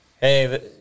hey